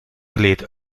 gleed